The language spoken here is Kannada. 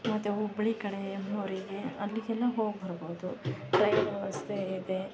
ಮತ್ತು ಹುಬ್ಬಳ್ಳಿ ಕಡೆ ಅಮ್ಮೋರಿಗೆ ಅಲ್ಲಿಗೆಲ್ಲ ಹೋಗಿ ಬರ್ಬೋದು ಟ್ರೈನ್ ವ್ಯವಸ್ಥೆ ಇದೆ